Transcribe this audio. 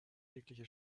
jegliche